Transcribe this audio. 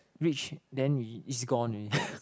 reach then we it's gone already